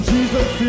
Jesus